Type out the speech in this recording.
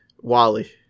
Wally